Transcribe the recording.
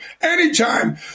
Anytime